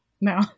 no